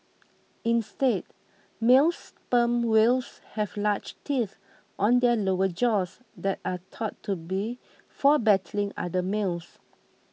instead male sperm whales have large teeth on their lower jaws that are thought to be for battling other males